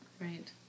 Right